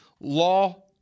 law